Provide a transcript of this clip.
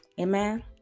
Amen